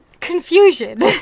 Confusion